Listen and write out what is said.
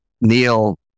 neil